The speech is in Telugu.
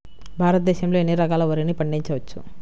భారతదేశంలో ఎన్ని రకాల వరిని పండించవచ్చు